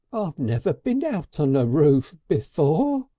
i've never been out on a roof before,